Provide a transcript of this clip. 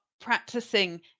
practicing